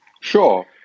Sure